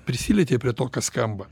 prisilietei prie to kas skamba